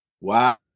Wow